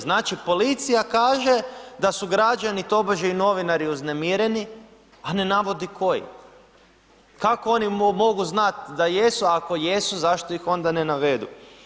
Znači, policija kaže da su građani tobože i novinari uznemireni, a ne navodi koji, kako oni mogu znat da jesu ako jesu, zašto ih onda ne navedu.